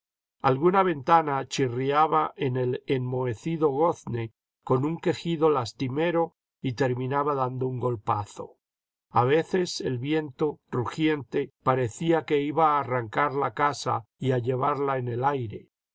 alguna ventana chirriaba en el enmohecido gozne con un quejido lastimero y terminaba dando un golpazo a veces el viento rugiente parecía que iba a arrancar la casa y a llevarla en el aire